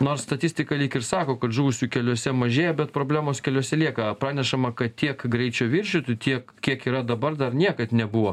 nors statistika lyg ir sako kad žuvusių keliuose mažėja bet problemos keliuose lieka pranešama kad tiek greičio viršytų tiek kiek yra dabar dar niekad nebuvo